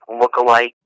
lookalike